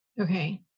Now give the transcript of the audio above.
Okay